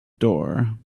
door